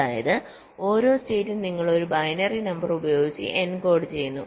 അതായത് ഓരോ സ്റ്റേറ്റും നിങ്ങൾ ഒരു ബൈനറി നമ്പർ ഉപയോഗിച്ച് എൻകോഡ് ചെയ്യുന്നു